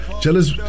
jealous